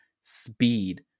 speed